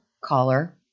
caller